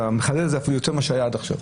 אתה מחדד את זה אפילו יותר ממה שהיה עד עכשיו.